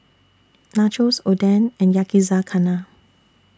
Nachos Oden and Yakizakana